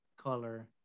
color